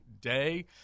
day